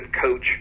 coach